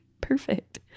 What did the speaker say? perfect